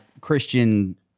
Christian